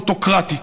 אוטוקרטית.